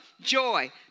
joy